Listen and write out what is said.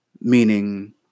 Meaning